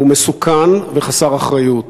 הוא מסוכן וחסר אחריות